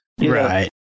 Right